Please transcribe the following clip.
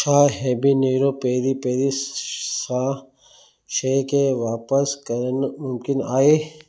छा habanero peri peri श सां शइ खे वापसि करणु मुमकिन आहे